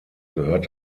gehört